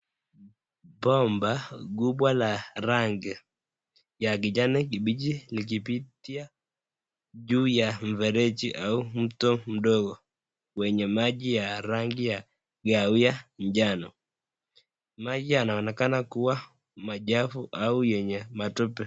Bomba kubwa la rangi ya kijani kibichi likipitia juu ya mfereji au mto mdogo wenye maji ya rangi ya kahawia njano. Maji yanaonekana kuwa machafu au yenye matope.